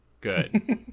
good